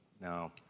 now